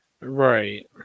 right